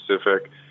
specific